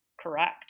correct